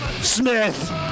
Smith